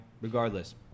regardless